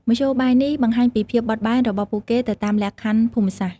មធ្យោបាយនេះបង្ហាញពីភាពបត់បែនរបស់ពួកគេទៅតាមលក្ខខណ្ឌភូមិសាស្ត្រ។